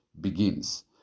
begins